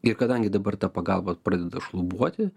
ir kadangi dabar ta pagalba pradeda šlubuoti